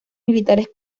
militares